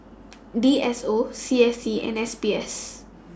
D S O C S C and S B S